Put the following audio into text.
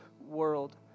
world